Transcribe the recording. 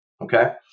Okay